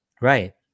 Right